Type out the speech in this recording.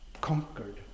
conquered